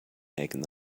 making